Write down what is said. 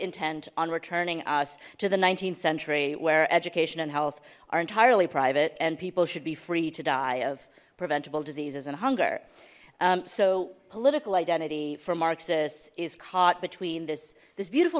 intent on returning us to the th century where education and health are entirely private and people should be free to die of preventable diseases and hunger so political identity for marxists is caught between this this beautiful